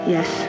Yes